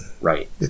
right